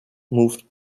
moved